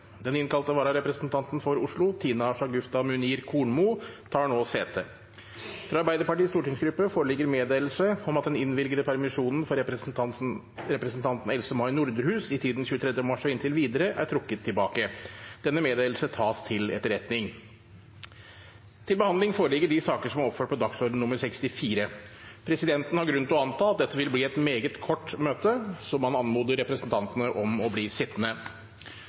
Den innkalte vararepresentanten for Oslo, Tina Shagufta Munir Kornmo , tar nå sete. Fra Arbeiderpartiets stortingsgruppe foreligger meddelelse om at den innvilgede permisjonen for representanten Else-May Norderhus i tiden 23. mars og inntil videre er trukket tilbake. – Denne meddelelse tas til etterretning. Presidenten har grunn til å anta at dette vil bli et meget kort møte, og anmoder representantene om å bli sittende.